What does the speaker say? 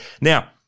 Now